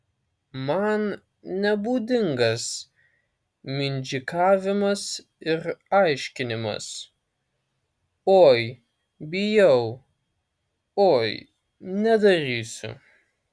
man nebūdingas mindžikavimas ir aiškinimas oi bijau oi nedarysiu